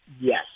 yes